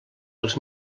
els